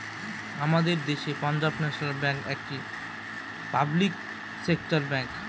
আমাদের দেশের Punjab national bank একটি পাবলিক সেক্টর ব্যাঙ্ক